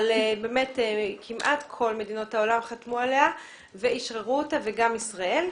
כמעט כל מדינות העולם חתמו עליה ואשררו אותה וכך גם ישראל.